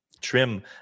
trim